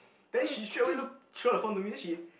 then she straight away look throw the phone to me then she